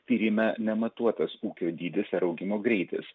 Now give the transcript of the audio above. tyrime nematuotas ūkio dydis ar augimo greitis